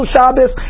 Shabbos